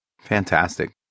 fantastic